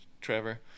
Trevor